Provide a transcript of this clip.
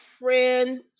friend